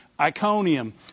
Iconium